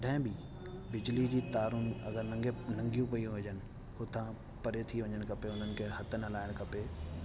कॾहिं बि बिजली जी तारुनि अगरि नंगे नंगियूं पयी हुजनि हुतां परे थी वञणु खपे उन्हनि खे हथ न लाइणु खपे